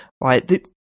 right